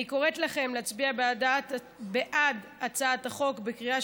אני קוראת לכם להצביע בעד הצעת החוק בקריאה